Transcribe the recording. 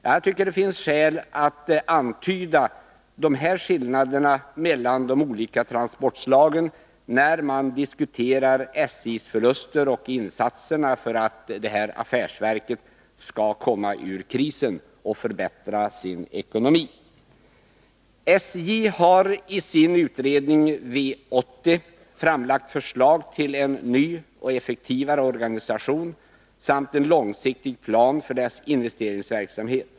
Jag tycker att det finns skäl att antyda dessa skillnader mellan de olika transportslagen, när man diskuterar SJ:s förluster och insatserna för att detta affärsverk skall komma ur krisen och kunna förbättra sin ekonomi. SJ har i sin utredning V 80 framlagt förslag till en ny och effektivare organisation samt en långsiktig plan för dess investeringsverksamhet.